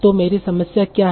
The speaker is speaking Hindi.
तो मेरी समस्या क्या है